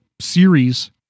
series